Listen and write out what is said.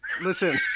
listen